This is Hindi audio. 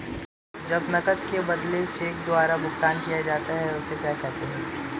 जब नकद के बदले चेक द्वारा भुगतान किया जाता हैं उसे क्या कहते है?